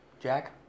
Jack